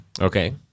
Okay